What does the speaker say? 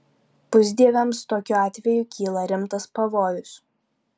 pusdieviams tokiu atveju kyla rimtas pavojus